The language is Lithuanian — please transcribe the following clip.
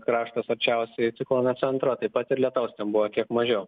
kraštas arčiausiai ciklono centro taip pat ir lietaus ten buvo kiek mažiau